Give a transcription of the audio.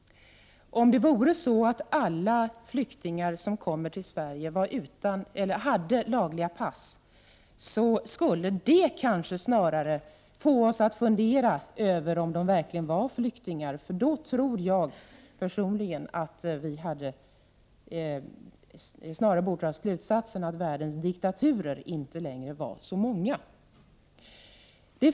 Om det vore så att alla flyktingar som kommer till Sverige hade lagliga pass, skulle det kanske snarare få oss att fundera över om dessa människor verkligen var flyktingar. Jag tror personligen att vi då snarare borde dra slutsatsen att världens diktaturer inte längre är så många.